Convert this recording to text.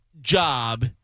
job